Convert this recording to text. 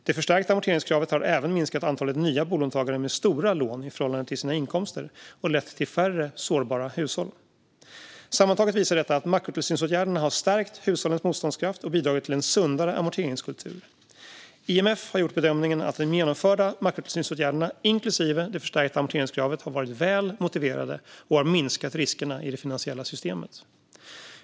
Det förstärkta amorteringskravet har även minskat antalet nya bolånetagare med stora lån i förhållande till sina inkomster och lett till färre sårbara hushåll. Sammantaget visar detta att makrotillsynsåtgärderna har stärkt hushållens motståndskraft och bidragit till en sundare amorteringskultur. IMF har gjort bedömningen att de genomförda makrotillsynsåtgärderna, inklusive det förstärkta amorteringskravet, har varit väl motiverade och har minskat riskerna i det finansiella systemet.